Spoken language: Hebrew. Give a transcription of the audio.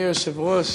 אדוני היושב-ראש,